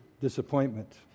disappointment